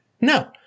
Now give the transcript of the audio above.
No